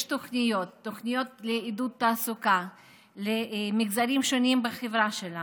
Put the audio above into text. יש תוכניות לעידוד תעסוקה למגזרים שונים בחברה שלנו,